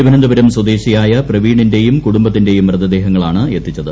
തിരുവനന്തപുരം സ്വദേശിയായ പ്രവീണിന്റെയും കുടുംബത്തിന്റെയും മൃതദേഹങ്ങളാണ് എത്തിച്ചത്